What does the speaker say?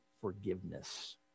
forgiveness